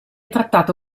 trattata